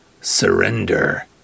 surrender